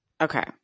Okay